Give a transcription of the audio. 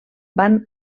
van